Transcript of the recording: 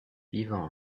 vivant